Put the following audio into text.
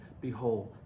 behold